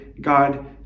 God